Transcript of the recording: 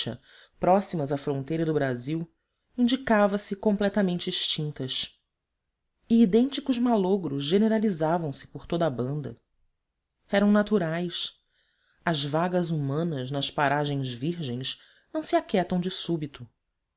próximas à fronteira do brasil indicava as completamente extintas e idênticos malogros generalizavam se por toda a banda eram naturais as vagas humanas nas paragens virgens não se aquietam de súbito